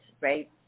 right